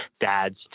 dads